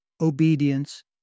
obedience